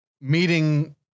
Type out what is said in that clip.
meeting